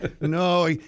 No